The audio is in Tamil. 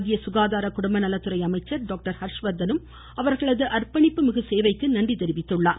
மத்திய சுகாதார குடும்பநலத்துறை அமைச்சர் டாக்டர் ஹர்ஸ் வர்த்தனும் அவர்களது அர்ப்பணிப்பு மிகு சேவைக்கு நன்றி தெரிவித்துள்ளார்